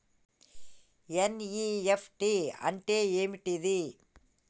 NEFT అంటే ఏంటిది?